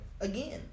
again